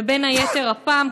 ובין היתר הפעם,